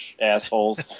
assholes